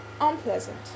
unpleasant